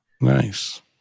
nice